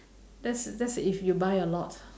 that's that's if you buy a lot